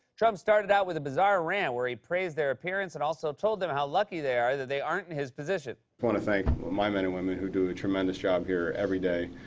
trump started out with a bizarre rant where he praised their appearance and also told them how lucky they are that they aren't in his position. i want to thank my men and women who do a tremendous job here every day.